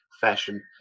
fashion